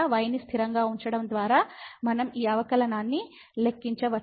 y ని స్థిరంగా ఉంచడం ద్వారా మనం ఈ అవకలనాన్ని లెక్కించవచ్చు